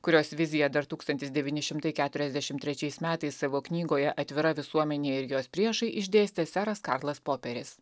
kurios vizija dar tūkstantis devyni šimtai keturiasdešimt trečiais metais savo knygoje atvira visuomenė ir jos priešai išdėstė seras karlas poperis